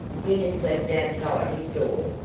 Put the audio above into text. he has slept outside his door,